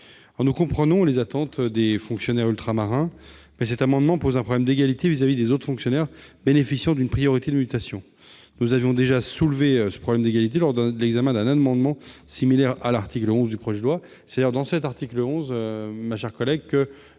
comprend les attentes des fonctionnaires ultramarins, mais cet amendement pose un problème d'égalité vis-à-vis des autres fonctionnaires qui bénéficient d'une priorité de mutation. Nous avons déjà soulevé ce problème d'égalité lors de l'examen d'un amendement similaire à l'article 11 du projet de loi. D'ailleurs, ma chère collègue, c'est